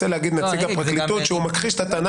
נציג הפרקליטות רוצה להגיד שהוא מכחיש את הטענה